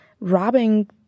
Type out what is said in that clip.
robbing